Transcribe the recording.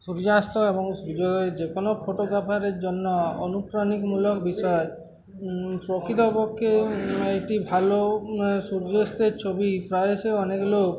সূর্যাস্ত এবং সূর্যোদয় যে কোনো ফটোগ্রাফারের জন্য অনুপ্রাণিকমূলক বিষয় প্রকৃত পক্ষে একটি ভালো সূর্যাস্তের ছবি প্রায়সই অনেক লোক